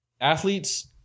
athletes